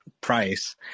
price